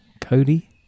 cody